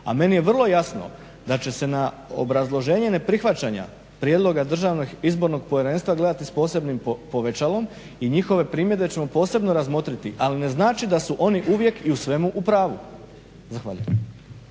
A meni je vrlo jasno da će se na obrazloženje neprihvaćanja prijedloga DIP-a gledati s posebnim povećalom i njihove primjedbe ćemo posebno razmotriti, ali ne znači da su oni uvijek i u svemu u pravu. Zahvaljujem.